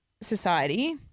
society